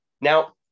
now